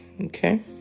Okay